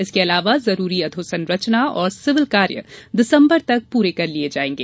इसके अलावा जरूरी अधोसंरचना और सिविल कार्य दिसंबर तक पूरे कर लिये जायेंगे